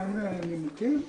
אין נימוקים.